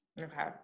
Okay